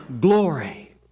glory